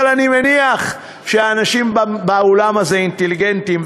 אבל אני מניח שהאנשים באולם הזה אינטליגנטיים,